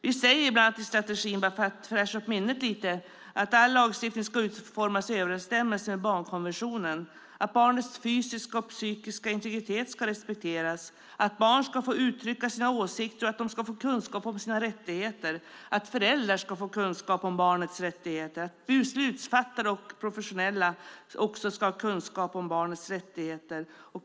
Vi säger i strategin bland annat - jag säger det för att fräscha upp minnet lite - att all lagstiftning ska utformas i överensstämmelse med barnkonventionen, att barnets fysiska och psykiska integritet ska respekteras, att barn ska få uttrycka sina åsikter, att de ska få kunskap om sina rättigheter. Föräldrar ska få kunskap om barnets rättigheter, och beslutsfattare och professionella ska också ha kunskap om barnets rättigheter.